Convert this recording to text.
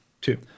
Two